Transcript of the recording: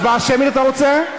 הצבעה שמית אתה רוצה?